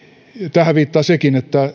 tähän viittaa sekin että